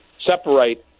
separate